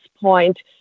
point